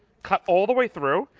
cut all the way through.